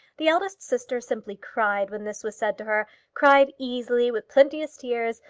the elder sister simply cried when this was said to her cried easily with plenteous tears,